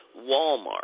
Walmart